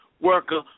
worker